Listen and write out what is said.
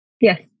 Yes